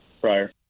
prior